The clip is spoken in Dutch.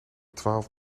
twaalf